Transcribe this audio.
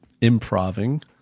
improving